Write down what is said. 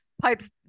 Pipe's